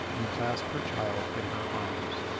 and clasp her child in her arms.